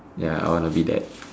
ya I wanna be that